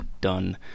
done